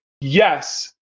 Yes